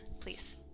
please